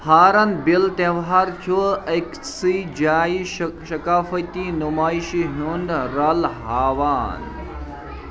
ہارَن بِل تِوہار چھُ أكسٕے جایہِ شہِ شکافتی نُمایشہِ ہُنٛد رَلہٕ ہاوان